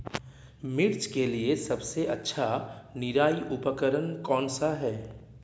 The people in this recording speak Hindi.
मिर्च के लिए सबसे अच्छा निराई उपकरण कौनसा है?